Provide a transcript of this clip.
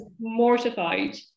mortified